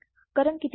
करण किती असेल